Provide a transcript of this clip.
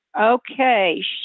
Okay